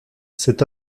cet